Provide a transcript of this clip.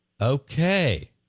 Okay